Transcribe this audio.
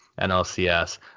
NLCS